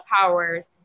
powers